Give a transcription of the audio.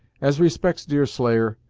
as respects deerslayer,